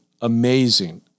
amazing